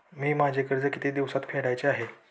मी माझे कर्ज किती दिवसांत फेडायचे आहे?